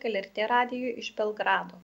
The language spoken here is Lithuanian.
lrt radijui iš belgrado